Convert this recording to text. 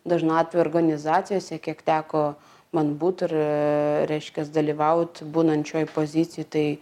dažnu atveju organizacijose kiek teko man būt ir reiškiasi dalyvaut būnant šioj pozicijoj tai